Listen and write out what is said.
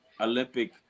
olympic